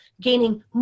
gaining